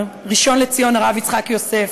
הראשון-לציון הרב יצחק יוסף,